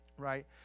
Right